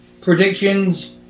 predictions